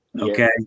Okay